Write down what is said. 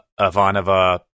Ivanova